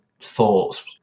thoughts